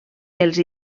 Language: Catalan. els